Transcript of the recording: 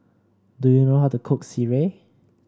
do you know how to cook Sireh